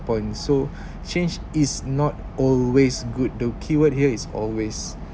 point so change is not always good the keyword here is always